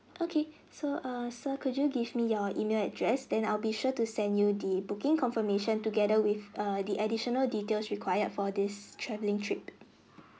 okay so err so could you give me your email address then I'll be sure to send you the booking confirmation together with err the additional details required for this travelling trip